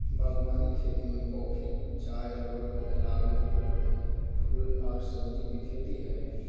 बागवानी खेती में कॉफी, चाय रबड़ के अलावे फल, फूल आर सब्जी के खेती हई